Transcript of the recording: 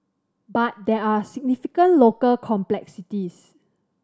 but there are significant local complexities